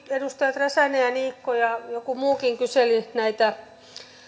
edustajat räsänen ja niikko ja joku muukin kyselivät näitä